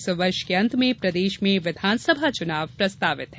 इस वर्ष के अंत में प्रदेश में विधानसभा चुनाव प्रस्तावित हैं